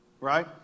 Right